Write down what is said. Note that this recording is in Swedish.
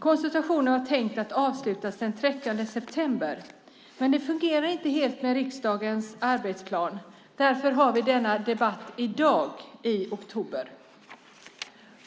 Konsultationen var tänkt att avslutas den 30 september, men det fungerar inte helt med riksdagens arbetsplan. Därför har vi denna debatt i dag, i oktober.